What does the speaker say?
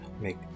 make